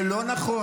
זה לא נכון.